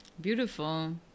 Beautiful